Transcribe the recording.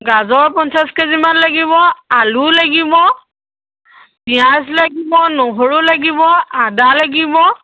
গাজৰ পঞ্চাছ কেজিমান লাগিব আলু লাগিব পিঁয়াজ লাগিব নহৰু লাগিব আদা লাগিব